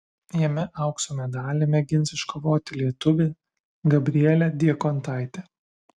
jame aukso medalį mėgins iškovoti lietuvė gabrielė diekontaitė